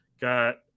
got